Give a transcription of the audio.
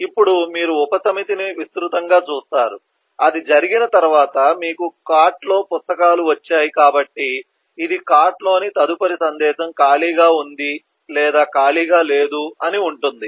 ఇప్పుడు మీరు ఉపసమితిని విస్తృతంగా చూస్తారు అది జరిగిన తర్వాత మీకు కార్ట్లోని పుస్తకాలు వచ్చాయి కాబట్టి ఇది కార్ట్లోని తదుపరి సందేశం ఖాళీగా ఉంది లేదా ఖాళీగా లేదు అని ఉంటుంది